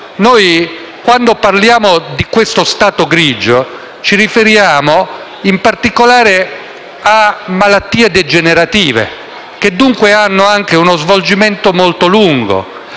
uno. Quando parliamo di questo stato grigio, ci riferiamo in particolare a malattie degenerative, che dunque hanno anche uno svolgimento molto lungo